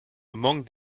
among